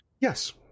Yes